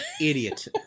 idiot